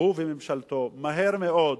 הוא וממשלתו, מהר מאוד,